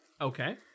okay